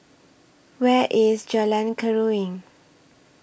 Where IS Jalan Keruing